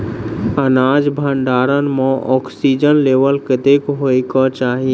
अनाज भण्डारण म ऑक्सीजन लेवल कतेक होइ कऽ चाहि?